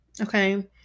Okay